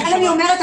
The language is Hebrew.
לכן אני אומרת,